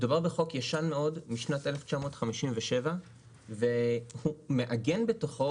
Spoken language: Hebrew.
מדובר בחוק ישן מאוד משנת 1957 שמעגן בתוכו